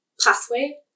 pathway